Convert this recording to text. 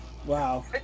Wow